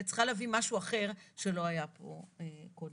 צריכה להביא משהו אחר שלא היה פה קודם.